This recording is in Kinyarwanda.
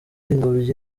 ingobyi